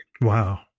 Wow